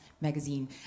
magazine